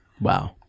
Wow